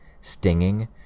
stinging